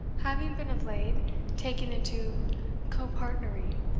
having been of late taken into copartnery,